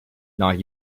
not